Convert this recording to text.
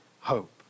hope